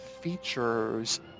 features